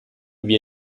via